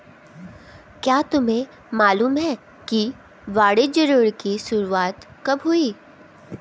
क्या तुम्हें मालूम है कि वाणिज्य ऋण की शुरुआत कब हुई?